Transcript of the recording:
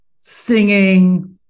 singing